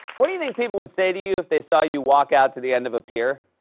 what do you think people would say to you if they saw you walk out to the end of a pier?